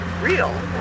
real